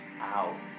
out